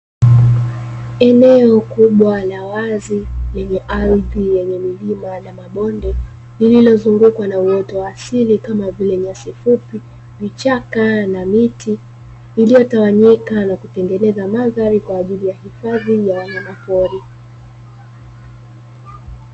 Eneo kubwa la wazi lenye ardhi yenye milima na mabonde lililozungukwa na uoto wa asili kama vile nyasi fupi, vichaka na miti iliyo tawanyika na kutengeneza mandhari kwa ajili ya hifadhi ya wanyama pori.